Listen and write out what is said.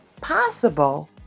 possible